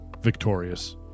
victorious